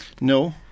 No